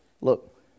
Look